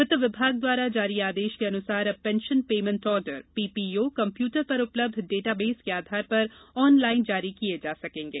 वित्त विभाग द्वारा जारी आदेश के अनुसार अब pension payment order PPO computer पर उपलब्ध डाटा बेस के आधार पर ऑन लाइन जारी किये जा सकेंगे